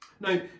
now